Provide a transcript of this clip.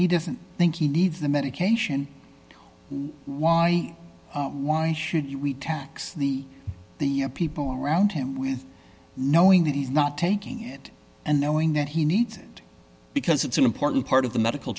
he doesn't think he needs the medication why why should we tax the people around him with knowing that he's not taking it and knowing that he needs it because it's an important part of the medical